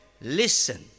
listen